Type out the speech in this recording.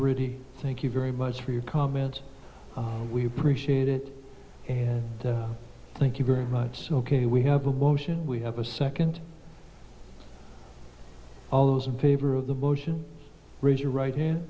richie thank you very much for your comments we appreciate it and thank you very much so ok we have a motion we have a second all those in favor of the motion raise your right hand